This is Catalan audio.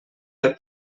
fer